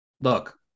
Look